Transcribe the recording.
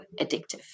addictive